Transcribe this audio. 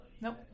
Nope